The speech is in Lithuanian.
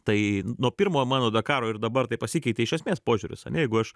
tai nuo pirmojo mano dakaro ir dabar tai pasikeitė iš esmės požiūris ane jeigu aš